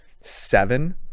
seven